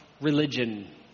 Religion